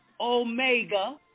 Omega